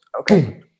Okay